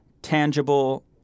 Tangible